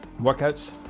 workouts